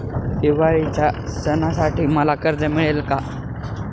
दिवाळीच्या सणासाठी मला कर्ज मिळेल काय?